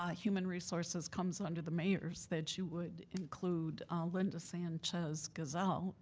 um human resources comes under the mayors that you would include ah linda sanchez gonzal,